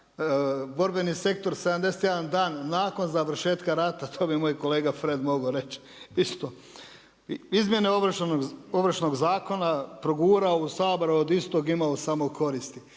borbeni sektor, 71 dan nakon završetka rata. To bi moj kolega Fred mogao reći isto, izmjene Ovršnog zakona progurao u Sabor od istog imao samo koristi.